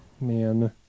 Man